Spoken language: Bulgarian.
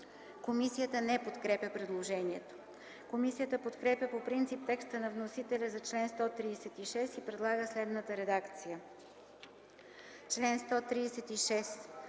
Комисията не подкрепя предложението. Комисията подкрепя по принцип текста на вносителите и предлага следната редакция за чл.